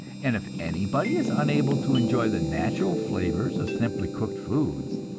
and if anybody is unable to enjoy the natural flavors of simply cooked foods,